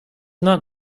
not